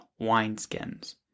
wineskins